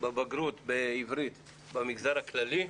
בבגרות בעברית במגזר הכללי,